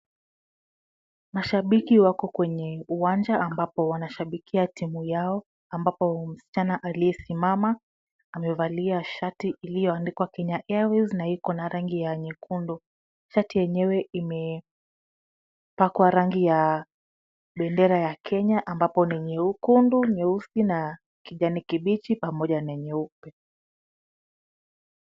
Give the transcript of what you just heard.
Mashabiki wako kwenye uwanja ambapo wanashabikia timu yao ambapo msichana aliyesimama amevalia shati iliyoandikwa Kenya Airways na iko na rangi ya nyekundu. Shati yenyewe imepakwa rangi ya bendera ya Kenya ambapo ni nyekundu, nyeusi na kijani kibichi pamoja na nyeupe.